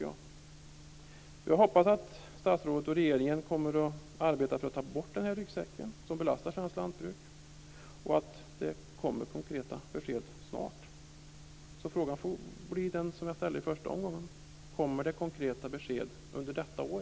Jag hoppas att statsrådet och regeringen kommer att arbeta för att ta bort ryggsäcken som belastar svenskt lantbruk och att det snart kommer konkreta besked. Frågan blir den som jag ställde i förra omgången: Kommer det konkreta besked under detta år?